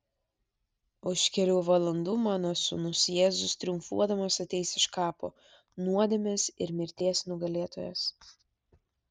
už kelių valandų mano sūnus jėzus triumfuodamas ateis iš kapo nuodėmės ir mirties nugalėtojas